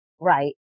right